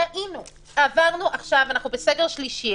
אנחנו בסגר שלישי,